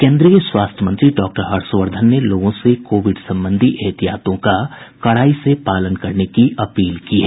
केन्द्रीय स्वास्थ्य मंत्री डॉक्टर हर्षवर्धन ने लोगों से कोविड संबंधी एहतियातों का कड़ाई से पालन करने की अपील की है